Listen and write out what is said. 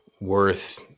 worth